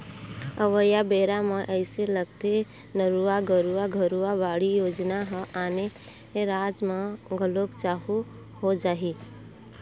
अवइया बेरा म अइसे लगथे नरूवा, गरूवा, घुरूवा, बाड़ी योजना ह आने राज म घलोक चालू हो जाही